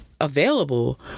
available